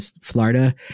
Florida